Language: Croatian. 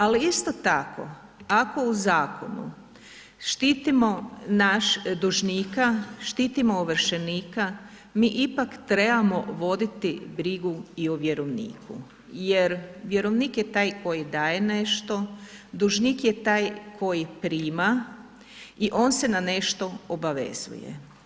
Ali isto tako ako u zakonu štitimo našeg dužnika, štitimo ovršenika mi ipak trebamo voditi brigu i o vjerovniku jer vjerovnik je taj koji daje nešto, dužnik je taj koji prima i on se na nešto obavezuje.